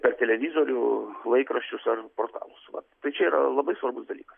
per televizorių laikraščius ar portalus vat tai čia yra labai svarbus dalykas